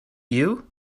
you